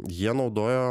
jie naudojo